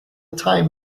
time